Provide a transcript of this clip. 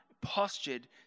postured